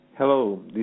Hello